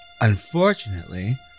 Unfortunately